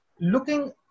looking